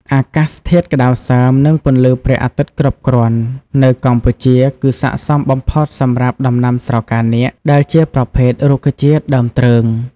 អាកាសធាតុក្តៅសើម និងពន្លឺព្រះអាទិត្យគ្រប់គ្រាន់នៅកម្ពុជាគឺស័ក្តិសមបំផុតសម្រាប់ដំណាំស្រកានាគដែលជាប្រភេទរុក្ខជាតិដើមទ្រើង។